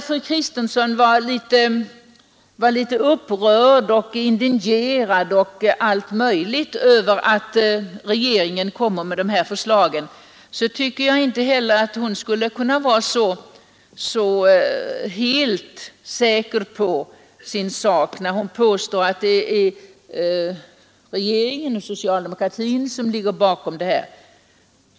Fru Kristensson var upprörd och indignerad över att regeringen kommer med de här förslagen, men jag tycker inte att hon borde vara så helt säker på sin sak när hon påstår att det är regeringen och socialdemokratin som ligger bakom förslaget.